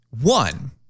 One